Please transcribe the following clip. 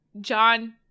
John